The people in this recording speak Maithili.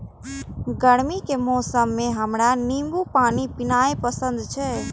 गर्मी के मौसम मे हमरा नींबू पानी पीनाइ पसंद छै